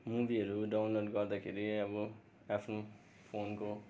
मुभीहरू डाउनलोड गर्दाखेरि अब आफ्नो फोनको